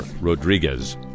Rodriguez